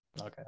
Okay